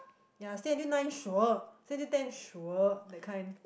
ya stay until nine sure stay until ten sure that kind